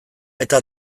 eta